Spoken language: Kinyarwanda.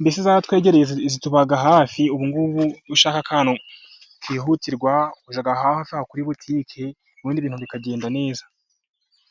Mbese butiki zaratwegereye zituba hafi. ubu ngubu ushaka akantu byihutirwa, ukajya hafi kuri butiki. Ubundi ibintu bikagenda neza.